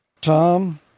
Tom